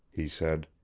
he said.